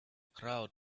crowd